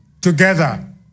together